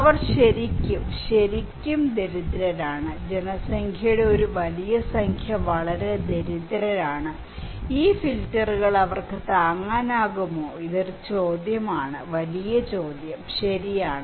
അവർ ശരിക്കും ശരിക്കും ശരിക്കും ദരിദ്രരാണ് ജനസംഖ്യയുടെ ഒരു വലിയ സംഖ്യ വളരെ ദരിദ്രരാണ് ഈ ഫിൽട്ടറുകൾ അവർക്ക് താങ്ങാനാകുമോ ഇതൊരു ചോദ്യമാണ് വലിയ ചോദ്യം ശരിയാണ്